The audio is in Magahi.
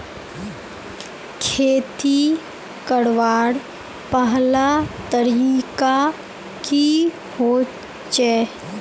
खेती करवार पहला तरीका की होचए?